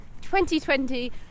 2020